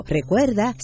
Recuerda